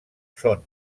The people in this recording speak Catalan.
són